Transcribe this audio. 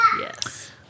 Yes